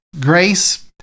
grace